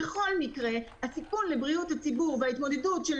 בכל מקרה הסיכון לבריאות הציבור וההתמודדות של